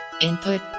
Input